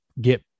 get